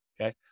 Okay